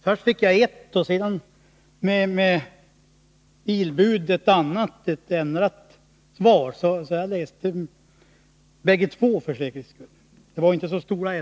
Först fick jag ett och sedan med ilbud ett ändrat svar. Så jag läste båda för säkerhets skull. Ändringarna var inte så stora.